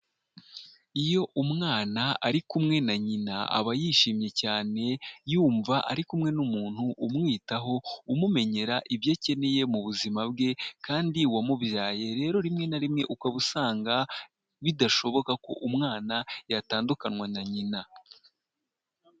Iyo umwana ari kumwe na nyina aba yishimye cyane, yumva ari kumwe n'umuntu umwitaho, umumenyera ibyo akeneye mu buzima bwe kandi wamubyaye, rero rimwe na rimwe ukaba usanga bidashoboka ko umwana yatandukanywa na nyina.